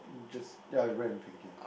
just ya with red and pink ya